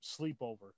sleepover